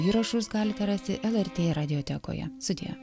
įrašus galite rasti lrt radiotekoje sudie